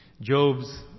Job's